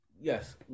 yes